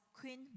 Queen